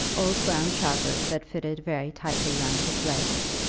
old brown trowsers that fitted very tightly round his legs,